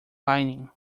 lining